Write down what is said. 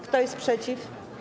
Kto jest przeciw?